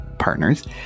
Partners